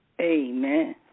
Amen